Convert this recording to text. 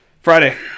Friday